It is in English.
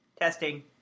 Testing